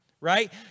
right